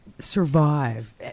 survive